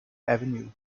avenue